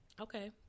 Okay